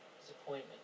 Disappointment